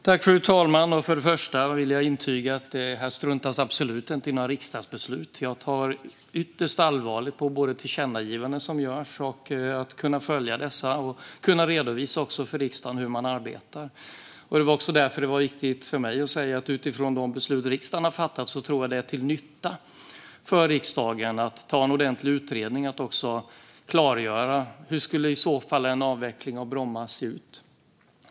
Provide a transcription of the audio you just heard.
Fru talman! Först och främst vill jag intyga att det absolut inte struntas i några riksdagsbeslut. Jag tar ytterst allvarligt på de tillkännagivanden som görs och på att följa dessa och redovisa för riksdagen hur man arbetar. Det var också därför det var viktigt för mig att säga att jag utifrån de beslut riksdagen har fattat tror att det är till nytta för riksdagen att man gör en ordentlig utredning och klargör hur en avveckling av Bromma flygplats skulle se ut.